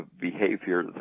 behavior